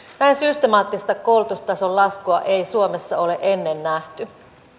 näin systemaattista koulutustason laskua ei suomessa ole ennen nähty